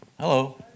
Hello